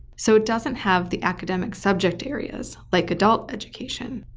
so it doesn't have the academic subject areas like adult education,